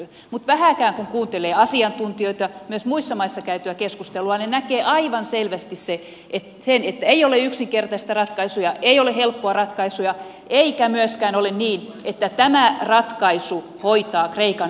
mutta vähääkään kun kuuntelee asiantuntijoita myös muissa maissa käytyä keskustelua näkee aivan selvästi sen että ei ole yksinkertaisia ratkaisuja ei ole helppoja ratkaisuja eikä myöskään ole niin että tämä ratkaisu hoitaa kreikan ongelman